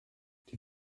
die